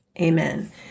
Amen